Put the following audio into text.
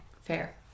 Fair